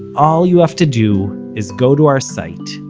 all you have to do is go to our site,